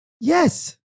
Yes